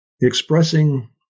expressing